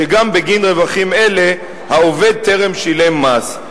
שגם בגין רווחים אלה העובד טרם שילם מס.